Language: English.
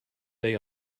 day